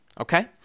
okay